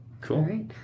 Cool